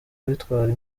bitwara